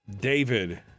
David